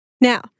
now